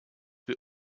wir